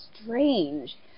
strange